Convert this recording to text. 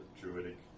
druidic